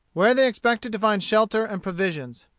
where they expected to find shelter and provisions.